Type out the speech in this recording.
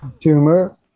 Tumor